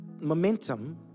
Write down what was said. momentum